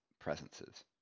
presences